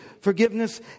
forgiveness